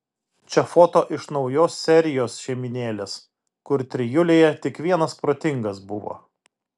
čia foto iš naujos serijos šeimynėlės kur trijulėje tik vienas protingas buvo